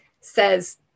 says